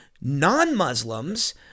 non-Muslims